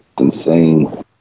Insane